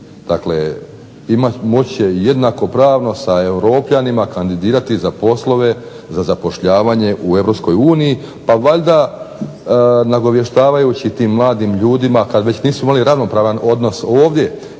Dakle, moći će jednakopravno sa europljanima kandidirati za poslove za zapošljavanje u EU pa valjda nagovještavajući tim mladim ljudima kad već nisu imali ravnopravan odnos ovdje